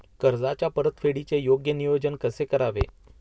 कर्जाच्या परतफेडीचे योग्य नियोजन कसे करावे?